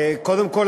קודם כול,